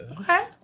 Okay